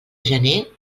gener